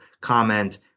comment